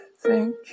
thank